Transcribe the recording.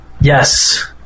Yes